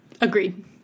Agreed